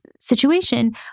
situation